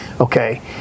Okay